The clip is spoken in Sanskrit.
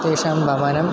तेषां भवनं